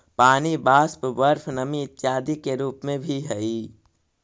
पानी वाष्प, बर्फ नमी इत्यादि के रूप में भी हई